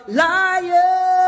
liar